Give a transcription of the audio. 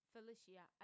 Felicia